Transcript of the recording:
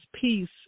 peace